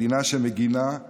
מדינה שמגינה על